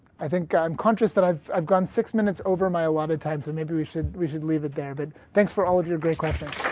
i think i'm conscious that i've i've gone six minutes over my allotted time so maybe we should we should leave it there but thanks for all your great questions.